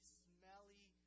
smelly